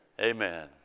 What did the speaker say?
amen